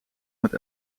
met